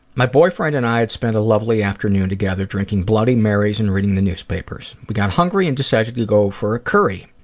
my boyfriend and i had spent a lovely afternoon together drinking bloody marys and reading the newspapers. we got hungry and decided to go for a curry.